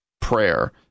prayer